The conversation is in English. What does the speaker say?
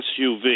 SUV